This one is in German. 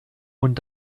und